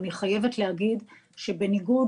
אני חייבת להגיד שבניגוד,